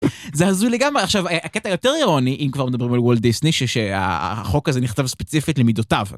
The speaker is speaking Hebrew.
זה הזוי לגמרי עכשיו ה.. הקטע יותר אירוני אם כבר מדברים על וולט דיסני שה.. החוק הזה נכתב ספציפית למידותיו.